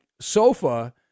sofa